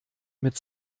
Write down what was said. mit